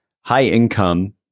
high-income